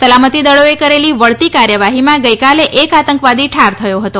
સલામતી દળોએ કરેલી વળતી કાર્યવાહીમાં ગઇકાલે એક આતંકવાદી ઠાર થયો હતો